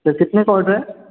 sir कितने का order है